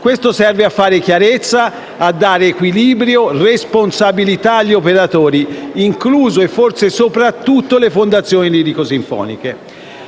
Questo serve a fare chiarezza e a dare equilibrio e responsabilità agli operatori, incluse, e forse soprattutto, le fondazioni lirico-sinfoniche.